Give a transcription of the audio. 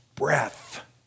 breath